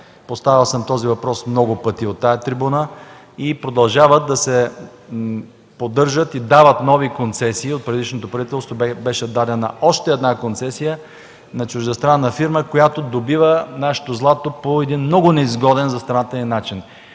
Поставял съм въпроса много пъти от тази трибуна. Продължават да се поддържат и да се дават нови концесии. От предишното правителство беше дадена още една концесия на чуждестранна фирма, която добива наше злато по много неизгоден за страната ни начин.